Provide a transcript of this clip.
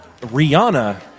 Rihanna